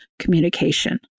communication